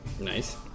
Nice